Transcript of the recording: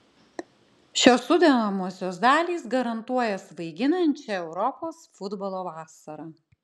šios sudedamosios dalys garantuoja svaiginančią europos futbolo vasarą